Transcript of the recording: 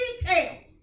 details